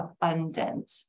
abundant